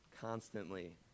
constantly